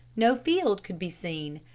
no field could be seen.